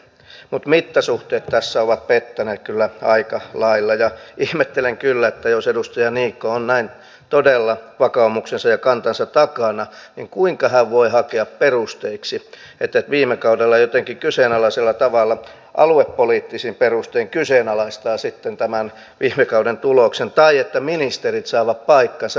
mutta mittasuhteet tässä ovat pettäneet kyllä aika lailla ja ihmettelen kyllä että jos edustaja niikko on näin todella vakaumuksensa ja kantansa takana niin kuinka hän voi hakea perusteiksi että viime kaudella toimittiin jotenkin kyseenalaisella tavalla ja aluepoliittisin perustein kyseenalaistaa sitten tämän viime kauden tuloksen tai sanoa että ministerit saavat paikkansa jumalalta